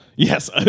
Yes